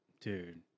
dude